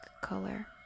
color